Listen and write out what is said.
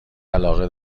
علاقه